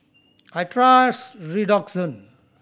I trust Redoxon